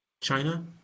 China